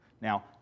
Now